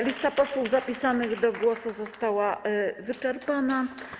Lista posłów zapisanych do głosu została wyczerpana.